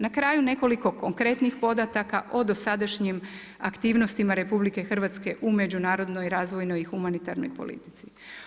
Na kraju nekoliko konkretnih podataka o dosadašnjim aktivnostima RH u međunarodnoj, razvojnoj i humanitarnoj politici.